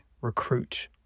recruit